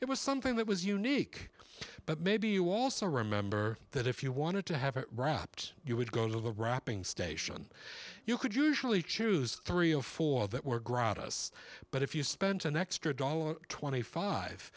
it was something that was unique but maybe you also remember that if you wanted to have it wrapped you would go to the wrapping station you could usually choose three or four that were gratis but if you spent an extra dollar twenty five